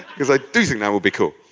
cause i do think that would be cool.